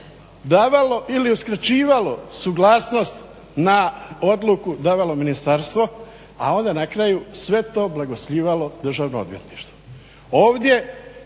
davalo ili uskraćivalo suglasnost na odluku davalo ministarstvo, a onda na kraju sve to blagoslivljalo Državno odvjetništvo.